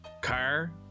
car